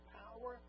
power